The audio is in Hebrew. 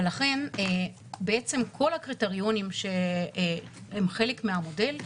ולכן כל הקריטריונים שהם חלק מהמודל,